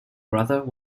brother